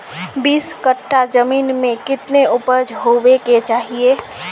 बीस कट्ठा जमीन में कितने उपज होबे के चाहिए?